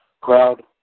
crowd